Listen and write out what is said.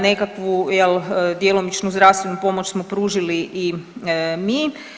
Nekakvu jel djelomičnu zdravstvenu pomoć smo pružili i mi.